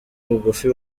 bugufi